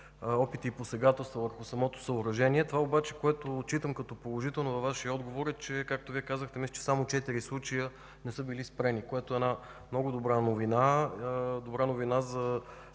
опити и посегателства върху самото съоръжение. Това обаче, което отчитам като положително във Вашия отговор е, че, както Вие казахте, мисля, че само четири случая не са били спрени, което е една много добра новина – добра новина за